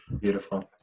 Beautiful